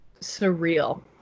surreal